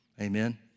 amen